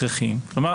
הכרחיים." כלומר,